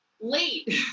late